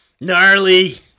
Gnarly